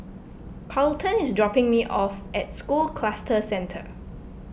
Carlton is dropping me off at School Cluster Centre